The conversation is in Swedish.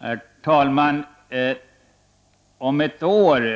Herr talman! Om ett år